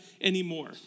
anymore